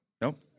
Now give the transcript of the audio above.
Nope